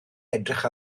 edrych